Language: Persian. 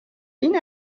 این